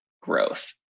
growth